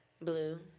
Blue